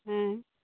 ᱦᱮᱸ